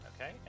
Okay